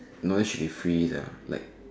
knowledge should be free sia like